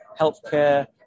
healthcare